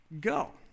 go